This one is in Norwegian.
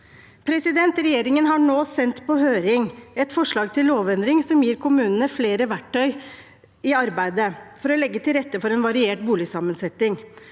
gjelder. Regjeringen har nå sendt på høring et forslag til lovendring som gir kommunene flere verktøy i arbeidet for å legge til rette for en variert boligsammensetning.